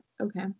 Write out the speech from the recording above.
okay